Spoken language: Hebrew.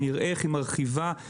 ונראה איך היא מרחיבה את הפעילות שלה.